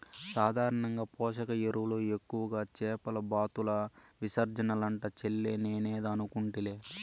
సాధారణంగా పోషక ఎరువులు ఎక్కువగా చేపల బాతుల విసర్జనలంట చెల్లే నేనేదో అనుకుంటిలే